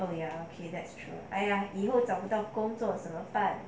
oh ya okay that's true !aiya! 以后找不到工作怎么办